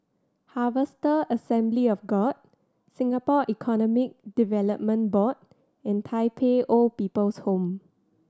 Harvester Assembly of God Singapore Economic Development Board and Tai Pei Old People's Home